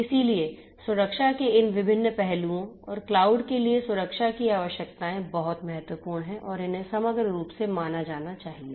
इसलिए सुरक्षा के इन विभिन्न पहलुओं और क्लाउड के लिए सुरक्षा की आवश्यकताएं बहुत महत्वपूर्ण हैं और इन्हें समग्र रूप से माना जाना चाहिए